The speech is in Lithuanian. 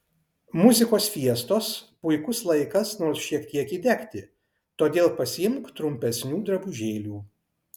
muzikos fiestos puikus laikas nors šiek tiek įdegti todėl pasiimk trumpesnių drabužėlių